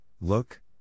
look